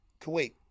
Kuwait